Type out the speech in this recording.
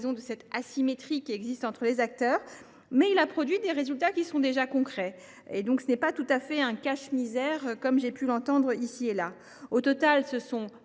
de l’asymétrie qui existe entre les acteurs, mais il a produit des résultats qui sont déjà concrets ; ce n’est donc pas tout à fait un cache misère, comme j’ai pu l’entendre dire ici et là. Au total, neuf